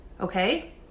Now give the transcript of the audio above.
Okay